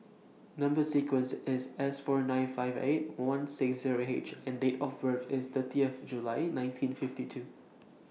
Number sequence IS S four nine five eight one six Zero H and Date of birth IS thirtieth July nineteen fifty two